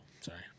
sorry